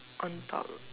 on top